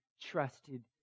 trusted